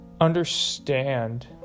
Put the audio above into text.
understand